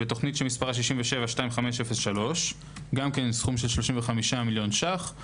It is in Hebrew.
בתוכנית שמספרה 672503, גם סכום של 35 מיליון ₪.